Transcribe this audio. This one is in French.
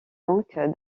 donc